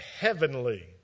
heavenly